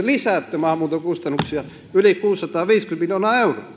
lisäätte maahanmuuton kustannuksia yli kuusisataaviisikymmentä